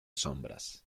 sombras